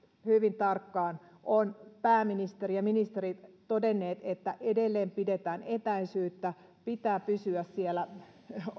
hyvin tarkkaan ovat pääministeri ja ministerit todenneet että edelleen pidetään etäisyyttä pitää pysyä siellä